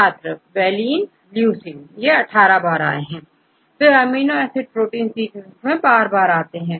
छात्र valine leucine 18 बार तो यह अमीनो एसिड प्रोटीन सीक्वेंस में बार बार आते हैं